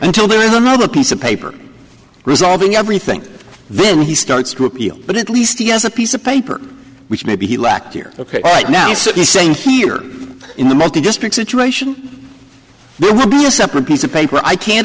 until there is another piece of paper resolving everything then he starts to appeal but at least he has a piece of paper which maybe he lacked here ok right now so he's saying here in the multi district situation there will be a separate piece of paper i can't